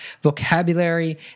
vocabulary